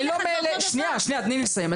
תני לי לסיים.